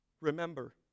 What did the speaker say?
Remember